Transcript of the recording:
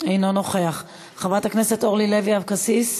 אינו נוכח, חברת הכנסת אורלי לוי אבקסיס,